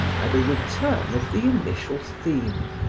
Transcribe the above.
by the return of the initial theme,